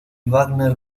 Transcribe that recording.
wagner